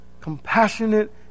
compassionate